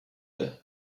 her